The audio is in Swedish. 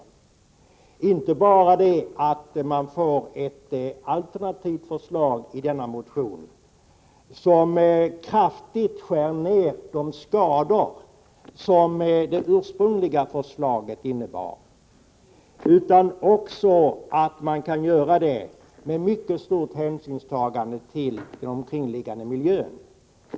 Det är inte bara så att det ges ett alternativt förslag i denna motion, som leder till att man kraftigt kan skära ned de skador som det ursprungliga förslaget innebar, utan man kan också åstadkomma detta under mycket stort hänsynstagande till den omkringliggande miljön.